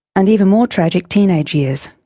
and even more tragic teenage years.